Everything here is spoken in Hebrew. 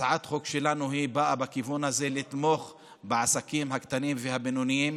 הצעת החוק שלנו באה בכיוון הזה: לתמוך בעסקים הקטנים והבינוניים,